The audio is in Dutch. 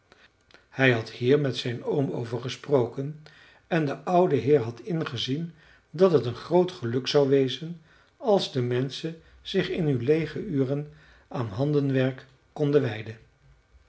hij had hier met zijn oom over gesproken en de oude heer had ingezien dat het een groot geluk zou wezen als de menschen zich in hun leege uren aan handenwerk konden wijden